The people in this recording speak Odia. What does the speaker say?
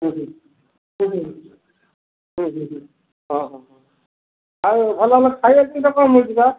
ହୁଁ ହୁଁ ଠିକ୍ ଅଛି ଠିକ୍ ଅଛି ହଁ ହଁ ହଁ ଆଉ ଭଲ ଭଲ ଖାଇବା ଜିନିଷ କ'ଣ ନେଇ କି ଯିବା